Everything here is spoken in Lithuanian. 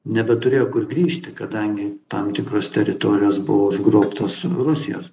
nebeturėjo kur grįžti kadangi tam tikros teritorijos buvo užgrobtos rusijos